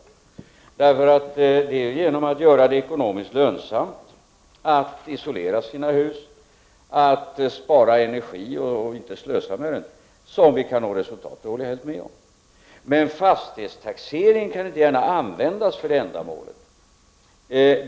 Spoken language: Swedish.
Jag håller med om att det är genom att göra det ekonomiskt lönsamt för villaägarna att isolera sina hus, att spara energi och inte slösa med den som vi kan nå resultat, men fastighetstaxeringen kan inte gärna användas för det ändamålet.